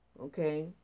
okay